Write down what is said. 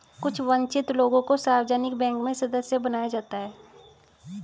कुछ वन्चित लोगों को सार्वजनिक बैंक में सदस्य बनाया जाता है